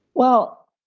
well,